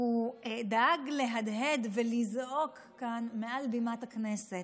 הוא דאג להדהד ולזעוק כאן מעל בימת הכנסת.